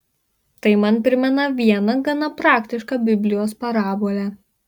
tai man primena vieną gana praktišką biblijos parabolę